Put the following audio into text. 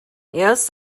yes